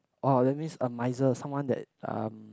orh that means a miser someone that um